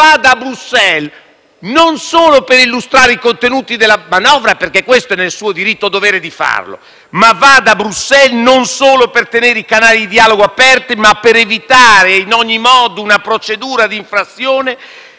vada Bruxelles non solo per illustrare i contenuti della manovra, che è nel suo diritto-dovere di farlo, e non solo per tenere i canali di dialogo aperti, ma anche per evitare in ogni modo una procedura di infrazione